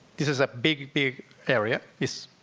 this is a big, big area. it's